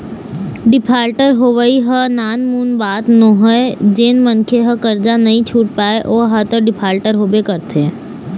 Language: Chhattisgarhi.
डिफाल्टर होवई ह नानमुन बात नोहय जेन मनखे ह करजा नइ छुट पाय ओहा तो डिफाल्टर होबे करथे